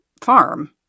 farm